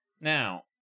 Now